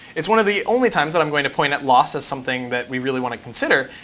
it's one of the only times that i'm going to point at loss as something that we really want to consider.